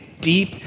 deep